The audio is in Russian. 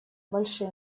большие